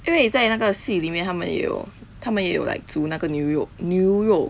因为在那个戏里面他们有他们有 like 煮那个牛肉牛肉